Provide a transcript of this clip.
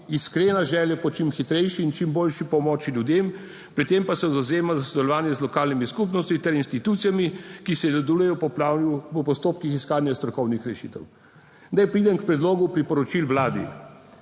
iskrena želja po čim hitrejši in čim boljši pomoči ljudem, pri tem pa se zavzema za sodelovanje z lokalnimi skupnostmi ter institucijami, ki se sodelujejo v postopkih iskanja strokovnih rešitev. Naj preidem k predlogu priporočil Vladi.